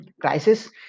crisis